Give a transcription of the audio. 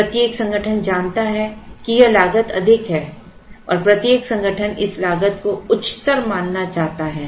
प्रत्येक संगठन जानता है कि यह लागत अधिक है और प्रत्येक संगठन इस लागत को उच्चतर मानना चाहता है